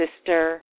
sister